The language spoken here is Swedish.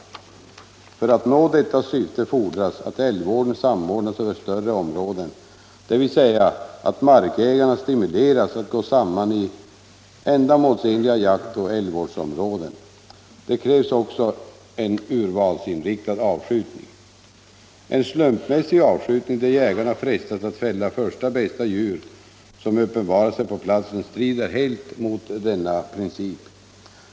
För att nå detta syfte fordras att älgvården samordnas över större områden, dvs. att markägarna stimuleras att gå samman i ändamålsenliga jaktoch älgvårdsområden. Det krävs också en urvalsinriktad avskjutning. En slumpmässig avskjutning, där jägarna frestas att fälla första bästa djur som uppenbarar sig på platsen, strider helt mot denna princip.